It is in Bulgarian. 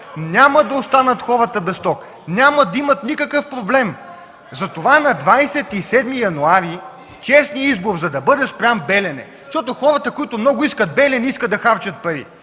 Няма да останат хората без ток! Няма да имат никакъв проблем, затова на 27 януари честният избор, за да бъде спрян „Белене”, защото хората, които много искат ”Белене”, искат да харчат пари